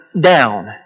down